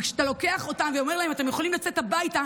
וכשאתה לוקח אותם ואומר להם: אתם יכולים לצאת הביתה,